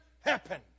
happen